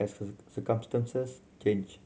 as circumstances change